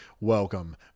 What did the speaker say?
Welcome